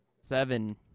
seven